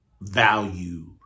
value